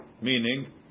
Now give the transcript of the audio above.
meaning